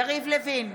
יריב לוין,